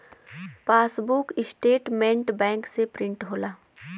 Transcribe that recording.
passbook statement bank से print होला